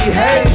hey